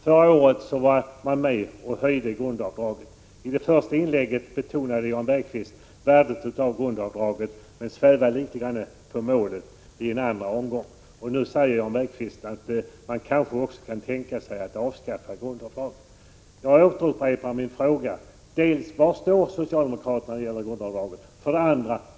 Förra året höjde ni grundavdraget. I det första inlägget betonade Jan Bergqvist värdet av grundavdraget. Sedan svävade han litet på målet vid närmare genomgång. Nu säger han att man kan tänka sig att avskaffa grundavdraget. Jag upprepar min fråga: Var står socialdemokraterna när det gäller grundavdraget?